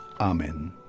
amen